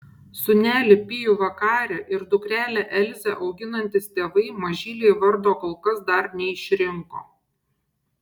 sūnelį pijų vakarį ir dukrelę elzę auginantys tėvai mažylei vardo kol kas dar neišrinko